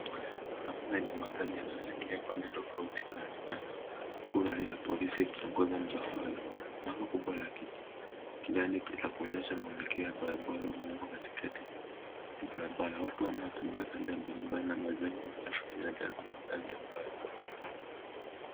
Barabara yenye magari yanayoelekea pande tofauti yanaonekana huku gari la polisi likiongoza msafara. Bango kubwa la kijani la kuonyesha mwelekeo wa barabara umewekwa katikati ya barabara. Watu wanaotembea kando ya barabara na majengo marefu yanaelekeza mandhari ya mbali.